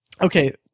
Okay